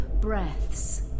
breaths